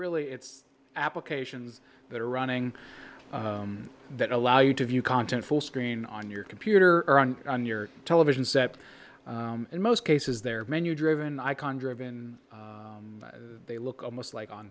really it's applications that are running that allow you to view content full screen on your computer or on your television set in most cases their menu driven icon driven they look almost like on